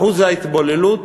אחוז ההתבוללות,